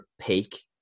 peak